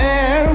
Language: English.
air